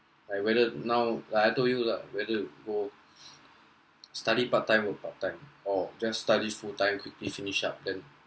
I rather now like I told you lah whether to go study part-time work part-time or just study full time quickly finish up then